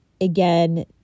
again